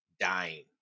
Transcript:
Dying